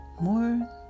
more